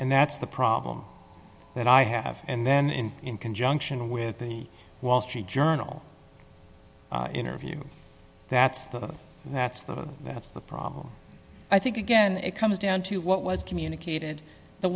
and that's the problem that i have and then in conjunction with the wall street journal interview that's the that's the that's the problem i think again it comes down to what was communicated the